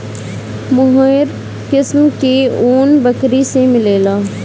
मोहेर किस्म के ऊन बकरी से मिलेला